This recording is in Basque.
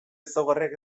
ezaugarriak